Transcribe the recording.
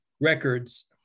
records